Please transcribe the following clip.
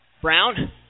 Brown